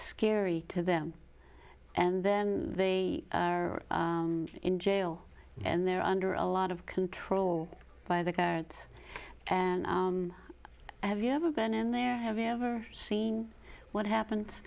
scary to them and then they are in jail and they're under a lot of control by the guards and have you ever been in there have you ever seen what happened